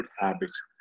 habits